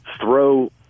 throw